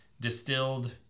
distilled